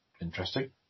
Interesting